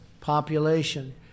population